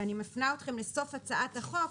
ואני מפנה אתכם לסוף הצעת החוק,